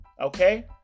Okay